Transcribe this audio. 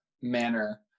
manner